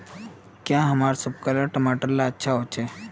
क्याँ हमार सिपकलर टमाटर ला अच्छा होछै?